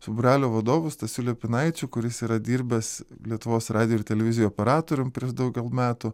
su būrelio vadovu stasiu liepinaičiu kuris yra dirbęs lietuvos radijo ir televizijoj operatorium prieš daugel metų